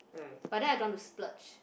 but then I don't want to splurge